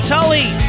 Tully